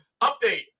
Update